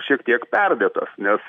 šiek tiek perdėtas nes